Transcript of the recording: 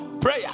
Prayer